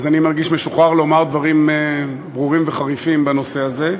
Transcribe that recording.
אני מרגיש משוחרר לומר דברים ברורים וחריפים בנושא הזה.